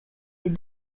est